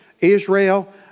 Israel